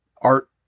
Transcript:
art